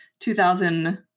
2000